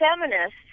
feminists